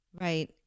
Right